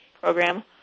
Program